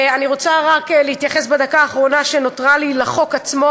אני רוצה רק להתייחס בדקה האחרונה שנותרה לי לחוק עצמו,